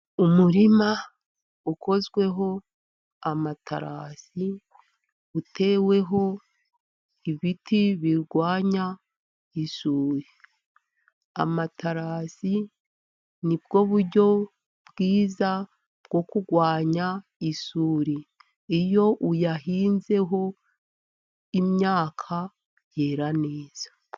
Umurima ukozweho amaterasi uteweho ibiti birwanya isuri. Amaterasi ni bwo buryo bwiza bwo kurwanya isuri. Iyo uyahinzeho imyaka yera neza.